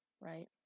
Right